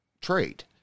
trait